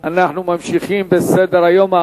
אנחנו ממשיכים בסדר-היום.